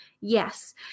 Yes